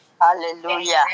Hallelujah